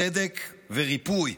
צדק וריפוי.